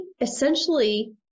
essentially